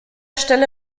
stelle